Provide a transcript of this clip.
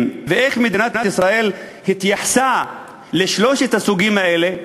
ואיך מדינת ישראל התייחסה לשלושת הסוגים האלה,